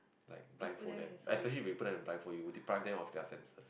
like blindfold them especially when you put them a blindfold you will deprive them of their senses